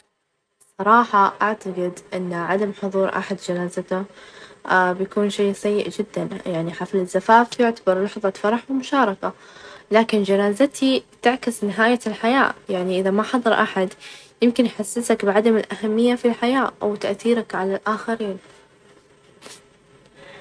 نعم أعتقد إنه من -ال- حق الأفراد إختيار البلد اللي يبغون يعيشون فيها، يعني كل شخص له ظروف، وطموحاته، والحرية في الإختيار تعزز من حقوق الانسان، وتمنح الأفراد الفرصة لتحقيق حياتها يعني أفظل، التنقل ،والعيش في بلدان مختلفة يفتح آفاق جديدة ويثري التجارب الشخصية، والثقافية.